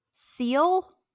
seal